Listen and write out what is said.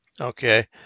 okay